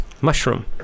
mushroom